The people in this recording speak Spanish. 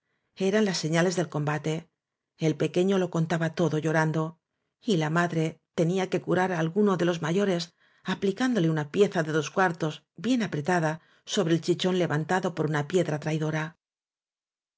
eran las señales del combate el pequeño lo contaba todo llorando y la madre tenía que curar á alguno de los mayores aplicándole una pieza ele dos cuartos bien apretada sobre el chichón levantado por una piedra traidora